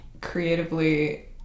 creatively